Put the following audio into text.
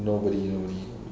nobody nobody